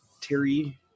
Terry